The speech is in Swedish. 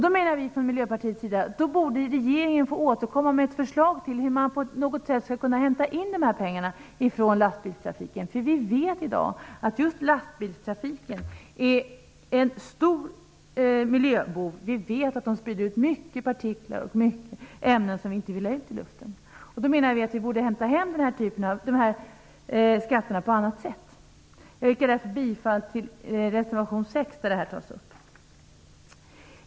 Då menar vi i Miljöpartiet att regeringen borde få återkomma med ett förslag till hur man på något sätt skall kunna hämta in dessa pengar ifrån lastbilstrafiken. Vi vet i dag att just lastbilstrafiken är en stor miljöbov. Vi vet att den sprider ut mycket partiklar och ämnen som vi inte vill ha ut i luften. Vi menar att vi borde hämta hem dessa skatter på annat sätt. Jag yrkar därför bifall till reservation 6, där detta tas upp.